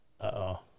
Uh-oh